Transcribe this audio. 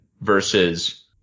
versus